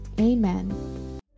Amen